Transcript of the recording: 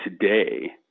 today